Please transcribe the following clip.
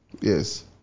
Yes